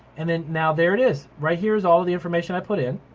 and then now there it is. right here's all of the information i put in.